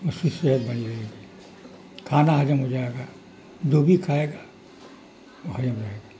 اس کی صحت بنی رہے گی کھانا حزم ہو جائے گا جو بھی کھائے گا وہ حزم رہے گا